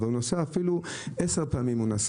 אבל אפילו אם הוא נסע 10 פעמים בחודש,